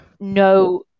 no